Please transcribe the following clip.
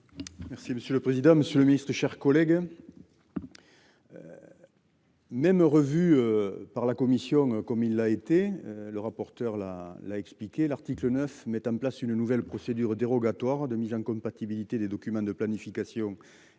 Merci monsieur le président, Monsieur le Ministre, chers collègues. Même revu. Par la Commission comme il l'a été le rapporteur là l'expliqué l'article 9, mettent en place une nouvelle procédure dérogatoire de mise en compatibilité des documents de planification et d'urbanisme